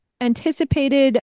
anticipated